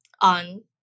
on